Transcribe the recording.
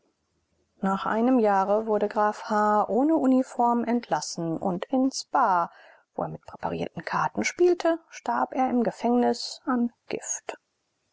nach einem jahre wurde graf h ohne uniform entlassen und in spa wo er mit präparierten karten spielte starb er im gefängnis an gift